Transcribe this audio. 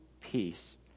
peace